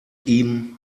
ihm